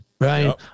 Right